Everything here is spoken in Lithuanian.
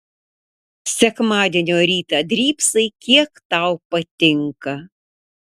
sekmadienio rytą drybsai kiek tau patinka